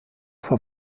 vor